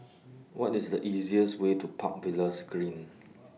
What IS The easiest Way to Park Villas Green